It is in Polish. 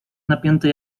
napięte